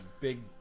big